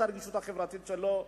את הרגישות החברתית שלו,